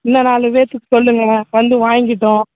இன்னும் நாலு பேற்றுக்கு சொல்லுங்க வந்து வாங்கிக்கிட்டும்